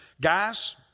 Guys